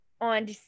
on